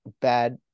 bad